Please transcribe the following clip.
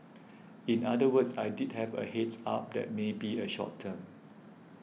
in other words I did have a heads up that may be a short term